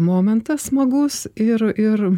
momentas smagus ir ir